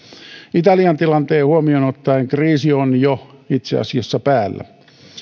italian tilanne huomioon ottaen kriisi on itse asiassa jo päällä